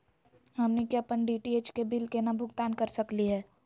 हमनी के अपन डी.टी.एच के बिल केना भुगतान कर सकली हे?